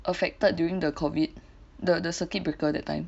affected during the COVID the the circuit breaker that time